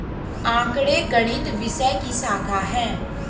आंकड़े गणित विषय की शाखा हैं